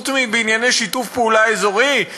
חוץ מבענייני שיתוף פעולה אזורי,